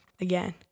again